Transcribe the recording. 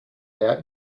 herr